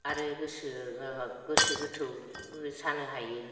आरो गोसो गोसो गोथौबो जानो हायो